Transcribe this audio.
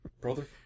brother